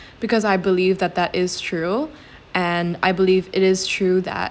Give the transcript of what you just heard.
because I believe that that is true and I believe it is true that